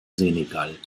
senegal